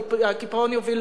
הקיפאון יוביל